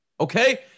Okay